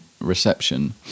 reception